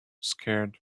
scared